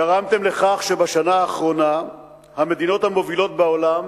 גרמתם לכך שבשנה האחרונה המדינות המובילות בעולם